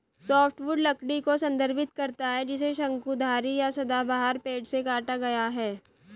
softwood लकड़ी को संदर्भित करता है जिसे शंकुधारी या सदाबहार पेड़ से काटा गया है